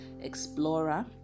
explorer